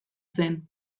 zen